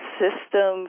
system